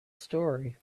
story